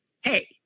hey